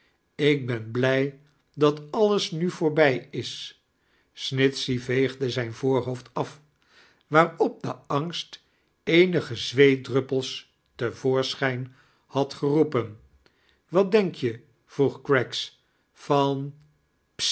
ik ben blij dat alles nu voorbij is snitohey veegde zijn voorhoofd af waarop de angst eenige zweetdruppels te voorschijn had geroepen wat denk je vroeg craggs van